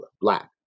Black